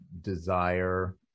desire